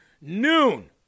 noon